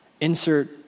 Insert